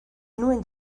nuen